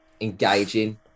engaging